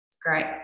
great